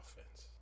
offense